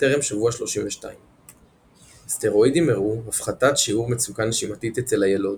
טרם שבוע 32. סטרואידים הראו הפחתת שיעור מצוקה נשימתית אצל הילוד,